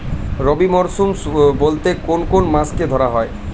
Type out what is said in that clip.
রবি মরশুম বলতে কোন কোন মাসকে ধরা হয়?